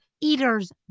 Eater's